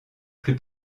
plus